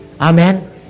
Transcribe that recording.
Amen